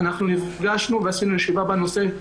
אנחנו נפגשנו ועשינו ישיבה בנושא.